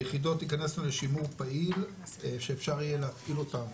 היחידות תיכנסנה לשימור פעיל שאפשר יהיה להפעיל אותן